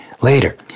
later